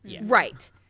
Right